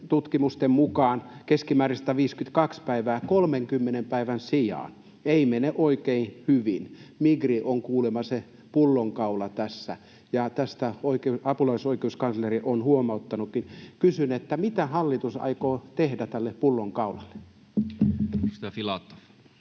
tutkimusten mukaan keskimäärin 152 päivää 30 päivän sijaan. Ei mene oikein hyvin. Migri on kuulemma se pullonkaula tässä, ja tästä apulaisoikeuskansleri on huomauttanutkin. Kysyn: mitä hallitus aikoo tehdä tälle pullonkaulalle?